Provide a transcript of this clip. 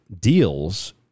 deals